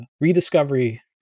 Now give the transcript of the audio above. rediscovery